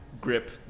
grip